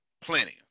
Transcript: Plenty